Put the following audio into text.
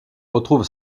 retrouve